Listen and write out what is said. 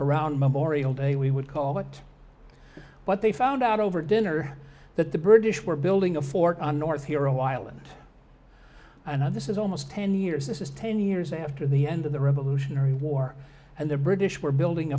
around memorial day we would call it what they found out over dinner that the british were building a fort on north here a while and and i this is almost ten years this is ten years after the end of the revolutionary war and the british were building